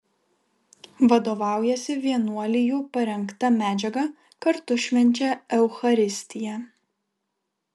vadovaujasi vienuolijų parengta medžiaga kartu švenčia eucharistiją